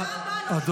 מאמין שאתה איש אמיתי.